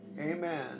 Amen